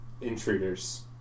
intruders